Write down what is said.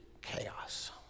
chaos